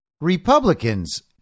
Republicans